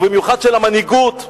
ובמיוחד של המנהיגות,